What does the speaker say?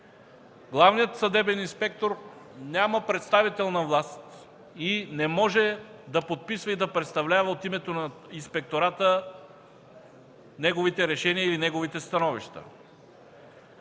Главният съдебен инспектор няма представителна власт и не може да подписва и да представлява от името на Инспектората неговите решения или неговите становища.